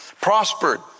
prospered